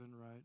right